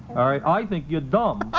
i think you're dumb